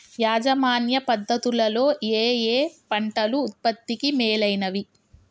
యాజమాన్య పద్ధతు లలో ఏయే పంటలు ఉత్పత్తికి మేలైనవి?